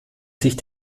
sich